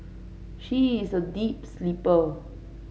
she is a deep sleeper